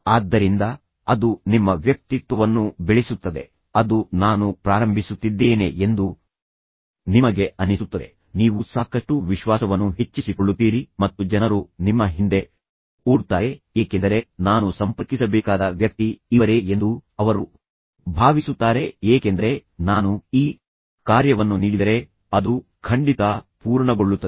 ಆದ್ದರಿಂದ ಅದು ನಿಮ್ಮ ವ್ಯಕ್ತಿತ್ವವನ್ನು ಬೆಳೆಸುತ್ತದೆ ಅದು ನಾನು ಪ್ರಾರಂಭಿಸುತ್ತಿದ್ದೇನೆ ಎಂದು ಏನನ್ನಾದರೂ ನಾನು ಪೂರ್ಣಗೊಳಿಸುತ್ತೇನೆ ನಿಮಗೆ ಅನಿಸುತ್ತದೆ ನೀವು ಸಾಕಷ್ಟು ವಿಶ್ವಾಸವನ್ನು ಹೆಚ್ಚಿಸಿಕೊಳ್ಳುತ್ತೀರಿ ಮತ್ತು ಜನರು ನಿಮ್ಮ ಹಿಂದೆ ಓಡುತ್ತಾರೆ ಏಕೆಂದರೆ ನಾನು ಸಂಪರ್ಕಿಸಬೇಕಾದ ವ್ಯಕ್ತಿ ಇವರೇ ಎಂದು ಅವರು ಭಾವಿಸುತ್ತಾರೆ ಏಕೆಂದರೆ ನಾನು ಈ ಕಾರ್ಯವನ್ನು ನೀಡಿದರೆ ಅದು ಖಂಡಿತಾ ಪೂರ್ಣಗೊಳ್ಳುತ್ತದೆ